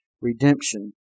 redemption